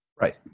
Right